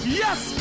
yes